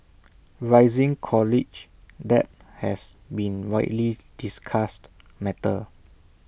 rising college debt has been widely discussed matter